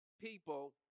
people